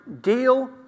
deal